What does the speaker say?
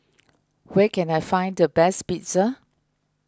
where can I find the best Pizza